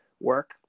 work